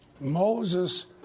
Moses